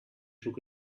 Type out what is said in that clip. took